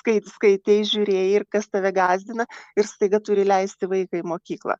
kaip skaitei žiūrėjai ir kas tave gąsdina ir staiga turi leisti vaiką į mokyklą